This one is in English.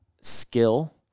skill